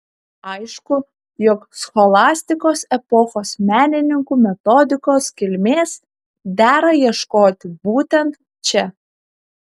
aišku jog scholastikos epochos menininkų metodikos kilmės dera ieškoti būtent čia